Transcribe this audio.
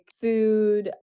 food